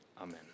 Amen